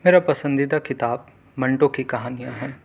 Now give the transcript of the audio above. میرا پسندیدہ کتاب منٹو کی کہانیاں ہیں